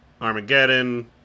Armageddon